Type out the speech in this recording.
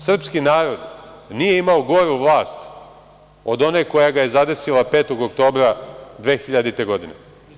Srpski narod nije imao goru vlast od one koja ga je zadesila 5. oktobra 2000. godine.